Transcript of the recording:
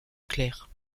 clair